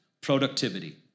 productivity